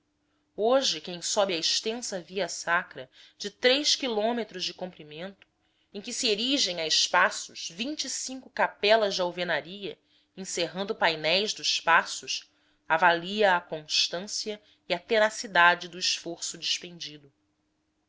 hoje quem sobe a extensa via sacra de três quilômetros de comprimento em que se erigem a espaços vinte e cinco capelas de alvenaria encerrando painéis dos passos avalia a constância e a tenacidade do esforço despendido